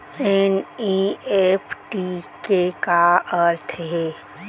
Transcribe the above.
NEFT के का अर्थ है?